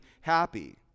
happy